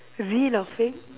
real or fake